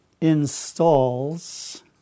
installs